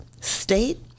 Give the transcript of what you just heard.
state